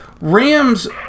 Rams